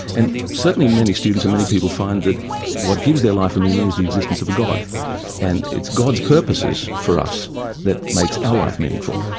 and certainly many students and many people find that what gives their life a meaning is the existence of a god and it's god's purposes for us that makes our life meaningful.